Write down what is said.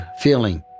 feeling